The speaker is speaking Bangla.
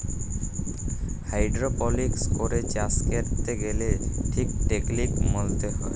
হাইড্রপলিক্স করে চাষ ক্যরতে গ্যালে ঠিক টেকলিক মলতে হ্যয়